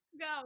Go